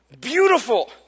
beautiful